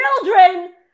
children